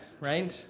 right